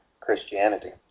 Christianity